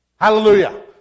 Hallelujah